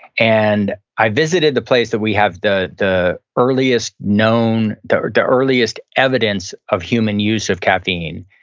and i visited the place that we have the the earliest known, the the earliest evidence of human use of caffeine,